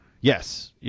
Yes